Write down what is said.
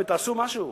תעשו משהו.